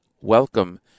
Welcome